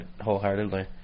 wholeheartedly